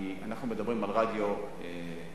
כי אנחנו מדברים על רדיו אזורי,